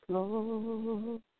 Lord